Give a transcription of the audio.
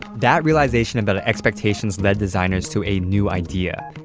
that realization about ah expectations led designers to a new idea,